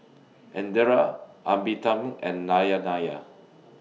Indira Amitabh and Nayanaya